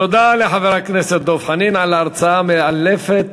תודה לחבר הכנסת דב חנין על ההרצאה המאלפת.